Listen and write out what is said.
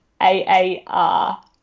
A-A-R